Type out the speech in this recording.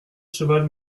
cheval